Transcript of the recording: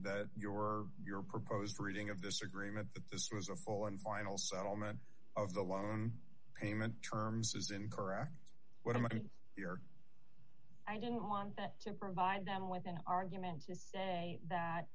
that your your proposed reading of this agreement that this was a full and final settlement of the loan payment terms is incorrect what i mean here i don't want to provide them with an argument to say that